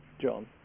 john